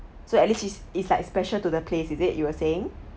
so at least is is like special to the place is it you were saying